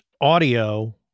audio